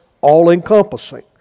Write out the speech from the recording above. all-encompassing